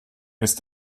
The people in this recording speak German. ist